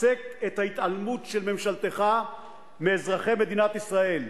הפסק את ההתעלמות של ממשלתך מאזרחי מדינת ישראל.